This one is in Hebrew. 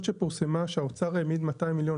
בה האוצר העמיד 200 מיליון